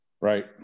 right